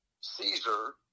Caesar